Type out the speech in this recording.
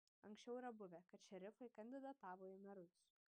anksčiau yra buvę kad šerifai kandidatavo į merus